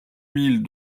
mille